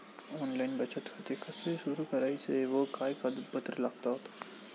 Online बचत खाते कसे सुरू करायचे व काय कागदपत्रे लागतात?